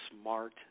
smart